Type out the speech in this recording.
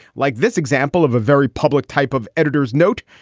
like this example of a very public type of editor's note,